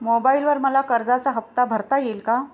मोबाइलवर मला कर्जाचा हफ्ता भरता येईल का?